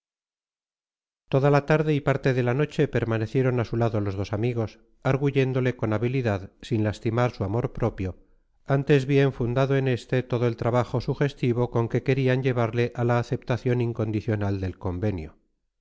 toda la tarde y parte de la noche permanecieron a su lado los dos amigos arguyéndole con habilidad sin lastimar su amor propio antes bien fundado en este todo el trabajo sugestivo con que querían llevarle a la aceptación incondicional del convenio